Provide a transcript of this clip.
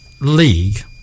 league